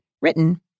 Written